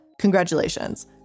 Congratulations